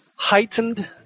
Heightened